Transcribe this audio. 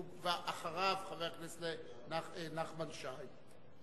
ואחריו, חבר הכנסת נחמן שי.